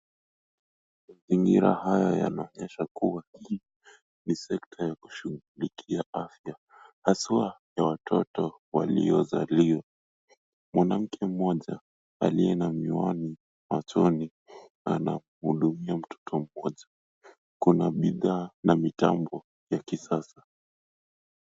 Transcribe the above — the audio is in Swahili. Mazingira haya yanaonyesha kuwa hii sekta ya kushughulikia afya, haswa watoto waliozaliwa. Mwanamke mmoja aliye na miwani machoni, anamhudumia mtoto mmoja. Kuna bidhaa na mitambo ya kisasa.